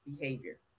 behavior